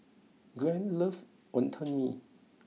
Glen loves Wonton Mee